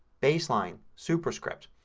baseline, superscript.